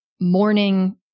morning